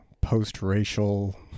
post-racial